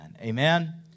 Amen